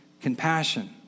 compassion